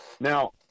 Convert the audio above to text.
Now